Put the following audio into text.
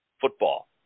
football